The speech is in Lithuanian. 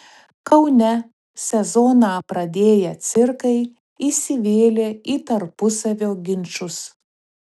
kaune sezoną pradėję cirkai įsivėlė į tarpusavio ginčus